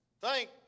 Thank